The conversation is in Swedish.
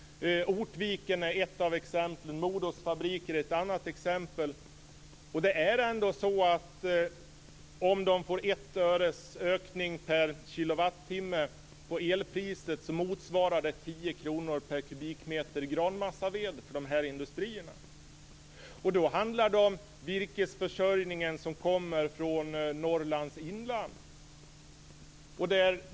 Ortviken och Modos fabriker är exempel på detta. En höjning av elpriset på 1 öre per kilowattimme motsvarar 10 kr per kubikmeter granmassaved för de här industrierna. Det handlar då om virkesförsörjningen från Norrlands inland.